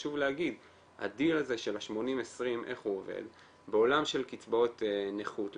חשוב להגיד איך עובד הדיל הזה של ה-80/20 בעולם של קצבאות נכות,